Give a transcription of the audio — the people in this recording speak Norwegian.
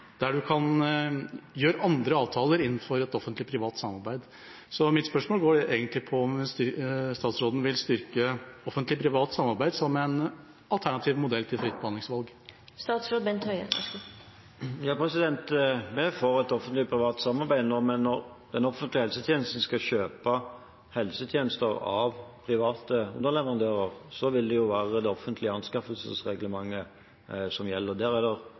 der man kan gjøre andre avtaler innenfor et offentlig–privat samarbeid. Mitt spørsmål går egentlig på om statsråden vil styrke offentlig–privat samarbeid som en alternativ modell til fritt behandlingsvalg. Vi er for et offentlig–privat samarbeid. Når den offentlige helsetjenesten skal kjøpe helsetjenester av private underleverandører, vil det være det offentlige anskaffelsesreglementet som gjelder. Der er det